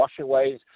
washaways